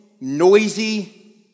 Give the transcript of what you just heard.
noisy